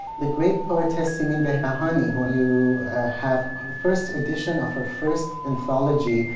the great poetess, simin behbahani who you have and first edition of her first anthology,